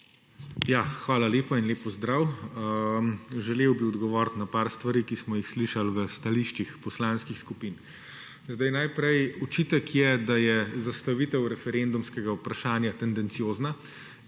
Hvala lepa in lep pozdrav. Želel bi odgovorit na par stvari, ki smo jih slišali v stališčih poslanskih skupin. Najprej, očitek je, da je zastavitev referendumskega vprašanja tendenciozna